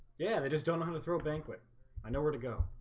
yeah, they just don't know how to throw banquet i know where to go